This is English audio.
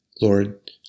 Lord